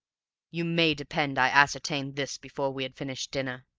you may depend i ascertained this before we had finished dinner.